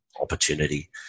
opportunity